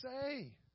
say